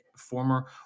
Former